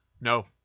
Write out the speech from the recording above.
No